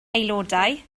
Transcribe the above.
aelodau